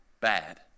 bad